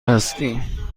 هستی